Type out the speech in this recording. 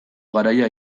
garaia